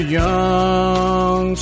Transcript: young